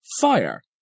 fire